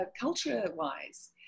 culture-wise